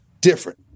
different